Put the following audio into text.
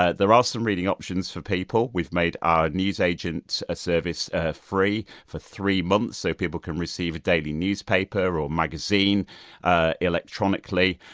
ah there are ah some reading options for people. we've made our newsagent ah service ah free for three months, so people can receive a daily newspaper or magazine ah electronically.